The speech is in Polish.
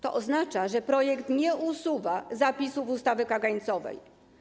To oznacza, że projekt nie usuwa zapisów ustawy kagańcowej.